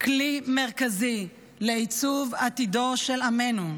כלי מרכזי לעיצוב עתידו של עמנו.